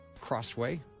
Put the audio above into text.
crossway